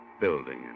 building